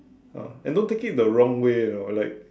ah and don't take it the wrong way you know like